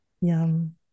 Yum